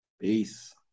Peace